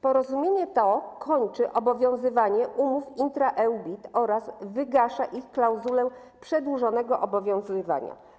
Porozumienie to kończy obowiązywanie umów intra-EU BIT oraz wygasza ich klauzule przedłużonego obowiązywania.